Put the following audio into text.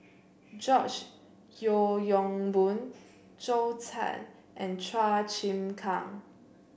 George Yeo Yong Boon Zhou Can and Chua Chim Kang